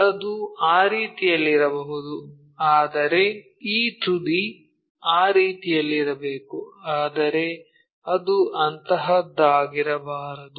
ಅದು ಆ ರೀತಿಯಲ್ಲಿರಬಹುದು ಆದರೆ ಈ ತುದಿ ಆ ರೀತಿಯಲ್ಲಿರಬೇಕು ಆದರೆ ಅದು ಅಂತಹದ್ದಾಗಿರಬಾರದು